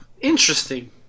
Interesting